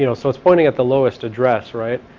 you know so it's pointing at the lowest address, right.